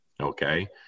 Okay